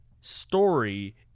story